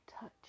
Touch